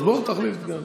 אז בוא ותחליף, יאללה.